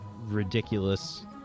ridiculous